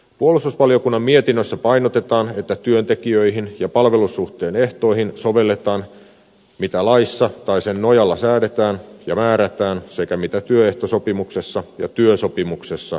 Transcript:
puolustusvaliokunnan mietinnössä painotetaan että työntekijöihin ja palvelussuhteen ehtoihin sovelletaan mitä laissa tai sen nojalla säädetään ja määrätään sekä mitä työehtosopimuksessa ja työsopimuksessa sovitaan